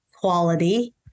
quality